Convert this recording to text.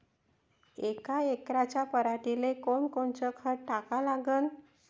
यका एकराच्या पराटीले कोनकोनचं खत टाका लागन?